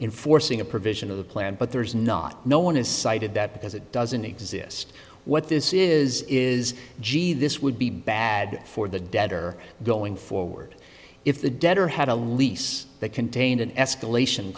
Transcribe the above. in forcing a provision of the plan but there is not no one is cited that because it doesn't exist what this is is gee this would be bad for the debtor going forward if the debtor had a lease that contained an escalation